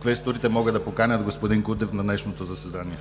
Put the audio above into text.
Квесторите могат да поканят господин Кутев на днешното заседание.